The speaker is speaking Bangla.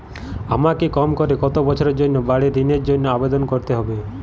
আমাকে কম করে কতো বছরের জন্য বাড়ীর ঋণের জন্য আবেদন করতে হবে?